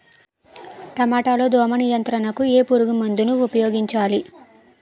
టమాటా లో దోమ నియంత్రణకు ఏ పురుగుమందును ఉపయోగించాలి?